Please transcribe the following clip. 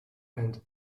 and